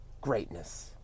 greatness